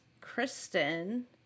Kristen